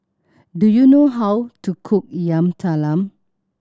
do you know how to cook Yam Talam